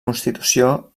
constitució